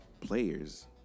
players